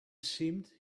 seemed